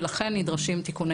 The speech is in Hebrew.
לכן נדרשים תיקוני